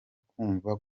kwumva